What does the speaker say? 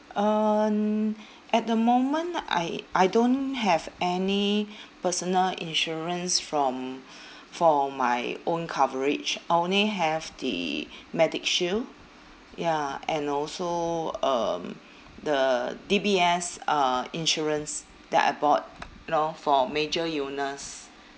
um at the moment I I don't have any personal insurance from for my own coverage I only have the medishield ya and also um the D_B_S uh insurance that I bought you know for major illness